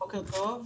בוקר טוב,